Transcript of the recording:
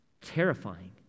terrifying